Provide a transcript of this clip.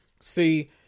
See